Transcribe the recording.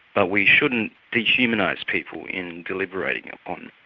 but we shouldn't dehumanise people in deliberating upon